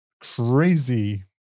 crazy